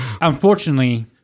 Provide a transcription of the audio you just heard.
Unfortunately